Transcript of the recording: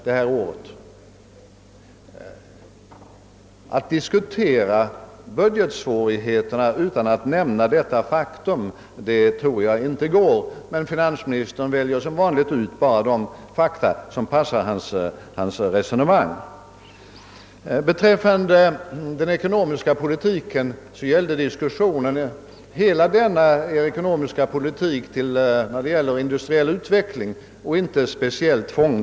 Jag tror inte att det går att diskutera budgetsvårigheterna utan att nämna detta faktum, men finansministern väljer som vanligt bara ut de fakta som passar hans resonemang. Diskussionen gällde hela den ekonomiska politiken och den därmed sammanhängande industriella utvecklingen och inte speciellt lånefonden.